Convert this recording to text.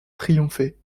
triomphé